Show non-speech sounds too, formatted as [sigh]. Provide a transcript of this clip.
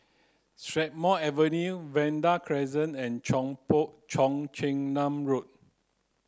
Strathmore Avenue Vanda Crescent and [unintelligible] Cheong Chin Nam Road